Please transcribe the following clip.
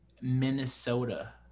Minnesota